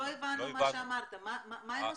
מה הם עושים?